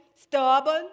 stubborn